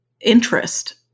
interest